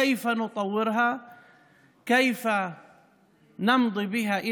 האם כשל הניסיון הזה?